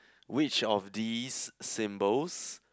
which of these symbols